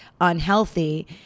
unhealthy